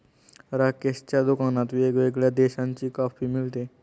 राकेशच्या दुकानात वेगवेगळ्या देशांची कॉफी मिळते